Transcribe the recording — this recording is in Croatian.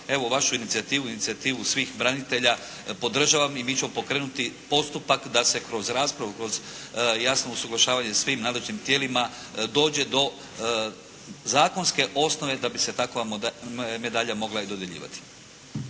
evo vašu inicijativu i inicijativu svih branitelja podržavam i mi ćemo pokrenuti postupak da se kroz raspravu, kroz jasno usuglašavanje sa svim nadležnim tijelima dođe do zakonske osnove da bi se takva medalja mogla i dodjeljivati.